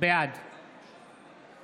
בעד